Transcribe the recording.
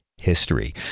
History